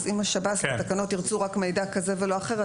אם השב"ס בתקנות ירצו רק מידע כזה ולא אחר,